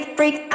freak